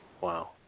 Wow